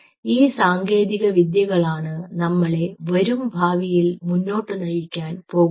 എന്നാൽ ഈ സാങ്കേതിക വിദ്യകളാണ് നമ്മളെ വരും ഭാവിയിൽ മുന്നോട്ടു നയിക്കാൻ പോകുന്നത്